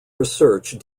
research